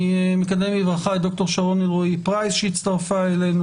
אני מקדם בברכה את ד"ר שרון אלרעי פרייס שהצטרפה אלינו,